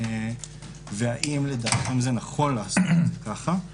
והאם לדעתכם נכון לעשות זאת ככה.